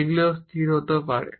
এগুলি স্থিরও হতে পারে